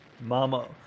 Mama